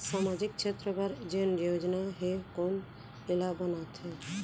सामाजिक क्षेत्र बर जेन योजना हे कोन एला बनाथे?